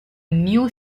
new